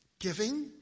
Giving